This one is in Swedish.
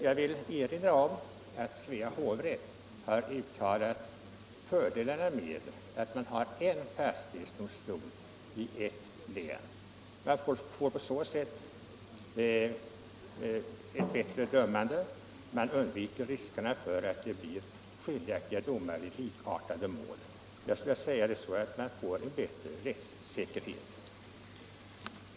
Jag vill erinra om att Svea hovrätt har pekat på fördelarna med att det finns en fastighetsdomstol i ett län. På så sätt undviker man riskerna för att det blir skiljaktiga domar i likartade mål. Jag skulle vilja uttrycka det så att man får en bättre rättssäkerhet.